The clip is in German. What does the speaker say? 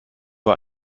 war